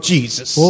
Jesus